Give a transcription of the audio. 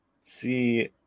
see